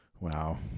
Wow